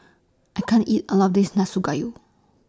I can't eat All of This Nanakusa Gayu